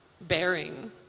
bearing